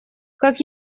как